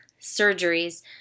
surgeries